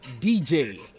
DJ